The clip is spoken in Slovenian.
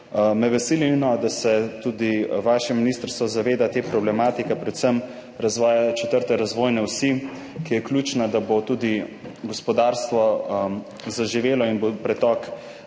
Veseli me, da se tudi vaše ministrstvo zaveda te problematike, predvsem razvoja četrte razvojne osi, ki je ključna, da bo tudi gospodarstvo zaživelo in bo pretok